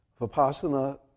Vipassana